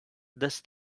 this